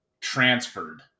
transferred